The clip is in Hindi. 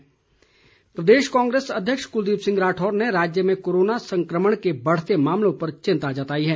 कुलदीप राढौर प्रदेश कांग्रेस अध्यक्ष कुलदीप सिंह राठौर ने राज्य में कोरोना संकमण के बढ़ते मामलों पर चिंता जताई है